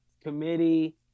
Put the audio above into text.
committee